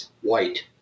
white